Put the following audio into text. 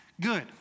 good